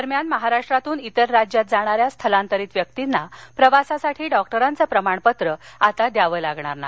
दरम्यान महाराष्ट्रातून इतर राज्यात जाणाऱ्या स्थलांतरित व्यक्तींना प्रवासासाठी डॉक्टरांचं प्रमाणपत्र आता द्यावं लागणार नाही